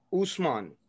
Usman